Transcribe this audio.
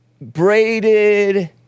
braided